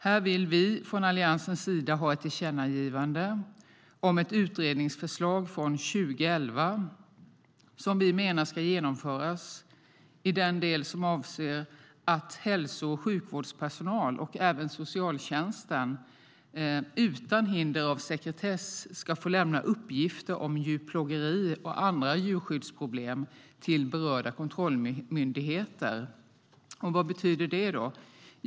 Här vill vi från Alliansens sida ha ett tillkännagivande om att ett utredningsförslag från 2011 ska genomföras i den del som avser att hälso och sjukvårdspersonal och även socialtjänsten, utan hinder av sekretess, ska få lämna uppgifter om djurplågeri och andra djurskyddsproblem till berörda kontrollmyndigheter. Vad betyder det?